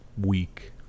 week